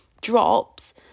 drops